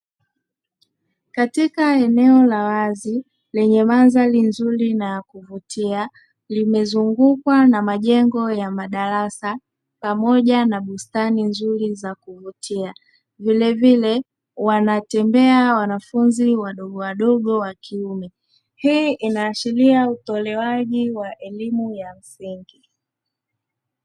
Katika eneo la wazi lenye mandhari nzuri na ya kuvutia limezungukwa na majengo ya darasa pamoja na bustani nzuri za kuvutia vilevile wanatembea wanafunzi wadogo wadogo wakiume, hii inaashiria utolewaji wa elimu ya msingi.